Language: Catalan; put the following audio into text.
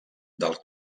del